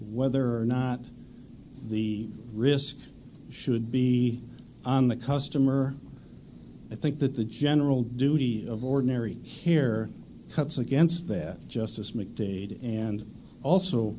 whether or not the risk should be on the customer i think that the general duty of ordinary here cuts against that justice mcdade and also